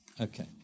Okay